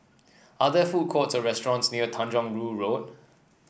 are there food courts or restaurants near Tanjong Rhu Road